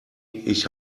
ich